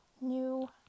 new